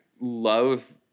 love